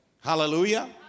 Hallelujah